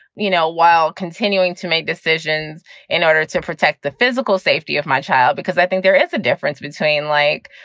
you know, while continuing to make decisions in order to protect the physical safety of my child. because i think there is a difference between, like,